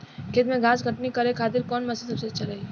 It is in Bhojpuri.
खेत से घास कटनी करे खातिर कौन मशीन सबसे अच्छा रही?